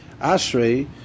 Ashrei